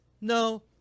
no